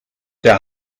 der